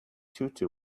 tutu